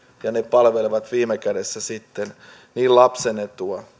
ja ne palvelevat viime kädessä sitten niin lapsen etua